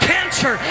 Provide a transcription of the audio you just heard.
Cancer